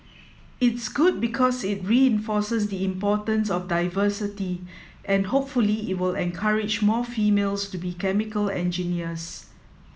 it's good because it reinforces the importance of diversity and hopefully it will encourage more females to be chemical engineers